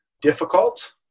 difficult